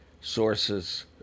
sources